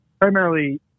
primarily